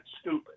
stupid